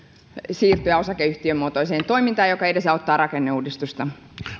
siirtyä osakeyhtiömuotoiseen toimintaan mikä edesauttaa rakenneuudistusta